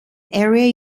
area